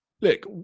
look